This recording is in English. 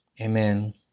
amen